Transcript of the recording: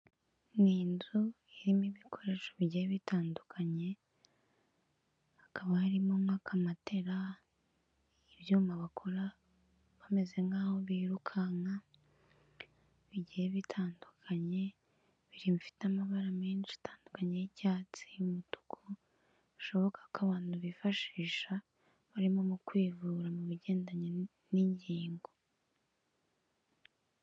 Ni inzu irimo ibikoresho bigiye bitandukanye, hakaba harimo nk'akamatera, ibyuma bakora bameze nk'aho birukanka bigiye bitandukanye, bifite amabara menshi atandukanye y'icyatsi, umutuku, bishoboka ko abantu bifashisha barimo no kwivura mu bigendanye n'ingingo.